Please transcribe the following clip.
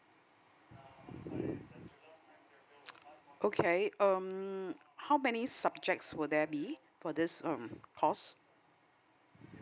okay um how many subjects will there be for this um course